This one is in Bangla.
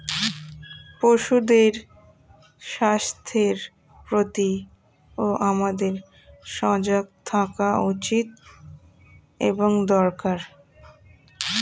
পশুদের স্বাস্থ্যের প্রতিও আমাদের সজাগ থাকা উচিত এবং দরকার